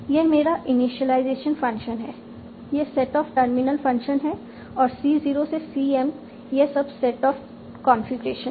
यह मेरा initialization function है यह सेट ऑफ टर्मिनल फंक्शन है और सी0 से सीएम यह सब सेट ऑफ कॉन्फ़िगरेशन है